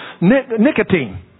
nicotine